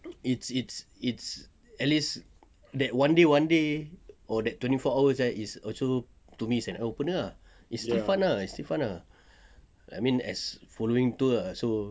it's it's it's at least that one day one day or that twenty four hours eh is also to me an opener ah it's still fun ah it's still fun ah I mean as following tour ah so